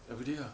everyday ah